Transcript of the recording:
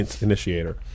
initiator